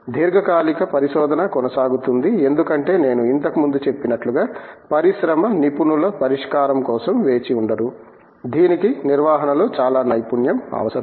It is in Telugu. దీర్ఘకాలిక పరిశోధన కొనసాగుతుంది ఎందుకంటే నేను ఇంతకు ముందే చెప్పినట్లుగా పరిశ్రమ నిపుణుల పరిష్కారం కోసం వేచి ఉండరు ధీనికి నిర్వహణలో చాలా నైపుణ్యం అవసరం